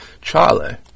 Charlie